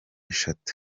eshatu